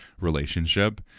relationship